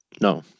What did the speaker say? No